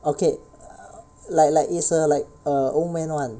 okay like like is a like err old man [one]